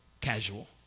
casual